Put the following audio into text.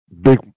big